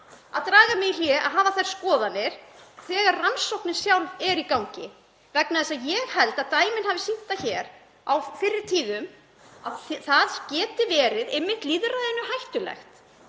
að draga mig í hlé frá að hafa þær skoðanir þegar rannsóknin sjálf er í gangi vegna þess að ég held að dæmin hafi sýnt það hér á fyrri tíðum að það geti verið lýðræðinu hættulegt